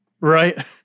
Right